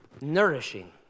Nourishing